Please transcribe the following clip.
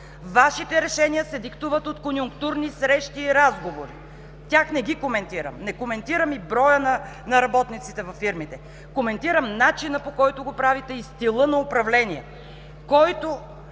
Вашите решения се диктуват от конюнктурни срещи и разговори. Тях не ги коментирам, не коментирам и броя на работниците във фирмите – коментирам начина, по който го правите и стила на управление, който